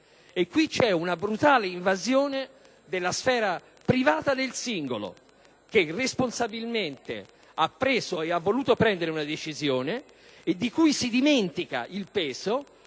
Qui c'è una brutale invasione della sfera privata del singolo, che responsabilmente ha preso e ha voluto prendere una decisione di cui si dimentica il peso,